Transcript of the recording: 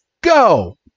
go